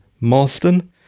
Marston